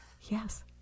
yes